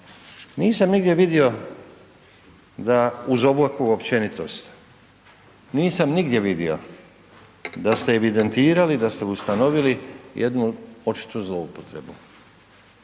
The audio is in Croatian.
Nisam nigdje vidio da uz ovakvu općenitost, nisam nigdje vidio da ste evidentirali, da ste ustanovili jednu očitu zloupotrebu